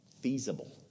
feasible